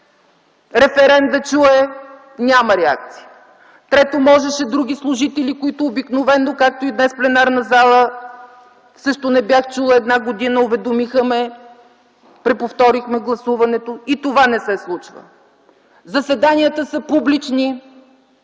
референт да чуе! - Няма реакции. Трето, можеше други служители, които обикновено, както и днес в пленарната зала също не бях чула една година, уведомиха ме, преповторихме гласуването! – И това не се случва! Заседанията са публични,